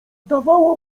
zdawało